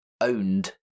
owned